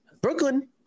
Brooklyn